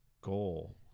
goal